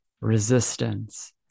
resistance